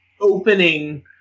opening